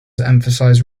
emphasize